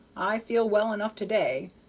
i feel well enough to-day,